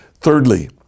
Thirdly